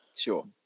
Sure